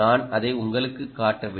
நான் அதை உங்களுக்குக் காட்டவில்லை